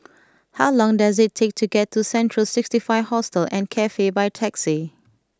how long does it take to get to Central Sixty Five Hostel and Cafe by taxi